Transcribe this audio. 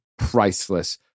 priceless